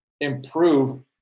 improve